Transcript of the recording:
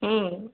হুম